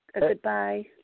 goodbye